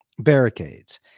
barricades